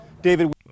David